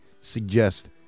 suggest